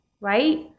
right